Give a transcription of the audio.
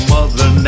Mother